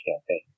campaign